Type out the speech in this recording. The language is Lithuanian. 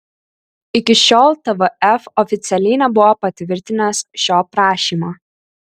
iki šiol tvf oficialiai nebuvo patvirtinęs šio prašymo